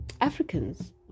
Africans